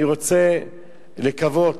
אני רוצה לקוות